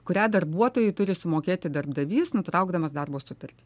kurią darbuotojui turi sumokėti darbdavys nutraukdamas darbo sutartį